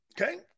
Okay